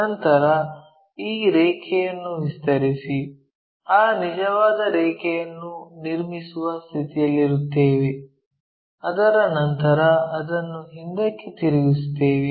ನಂತರ ಈ ರೇಖೆಯನ್ನು ವಿಸ್ತರಿಸಿ ಆ ನಿಜವಾದ ರೇಖೆಯನ್ನು ನಿರ್ಮಿಸುವ ಸ್ಥಿತಿಯಲ್ಲಿರುತ್ತೇವೆ ಅದರ ನಂತರ ಅದನ್ನು ಹಿಂದಕ್ಕೆ ತಿರುಗಿಸುತ್ತೇವೆ